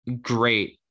great